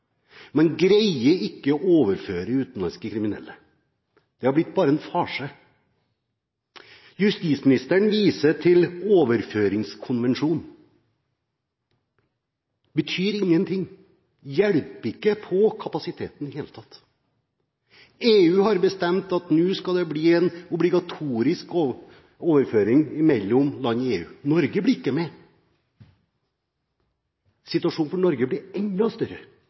Man greier ikke å overføre utenlandske kriminelle. Det har blitt en farse. Justisministeren viser til overføringskonvensjonen. Den betyr ingenting, det hjelper ikke på kapasiteten i det hele tatt. EU har bestemt at nå skal det bli en obligatorisk overføring mellom land i EU – Norge blir ikke med. Situasjonen for Norge blir at utfordringene vi står overfor, blir enda større.